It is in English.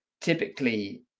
typically